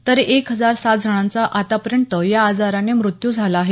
तर एक हजार सात जणांचा आतापर्यंत या आजाराने मृत्यू झाला आहे